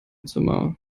zimmer